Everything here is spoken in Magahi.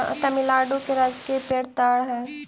तमिलनाडु के राजकीय पेड़ ताड़ हई